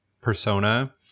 persona